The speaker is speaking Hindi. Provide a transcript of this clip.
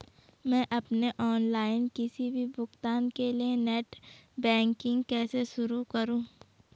मैं अपने ऑनलाइन किसी भी भुगतान के लिए नेट बैंकिंग कैसे शुरु करूँ?